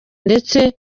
ndetse